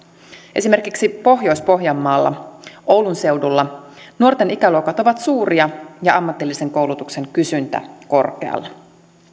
esimerkiksi pohjois pohjanmaalla oulun seudulla nuorten ikäluokat ovat suuria ja ammatillisen koulutuksen kysyntä korkealla